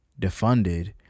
defunded